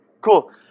Cool